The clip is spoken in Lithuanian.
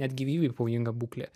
net gyvybei pavojinga būklė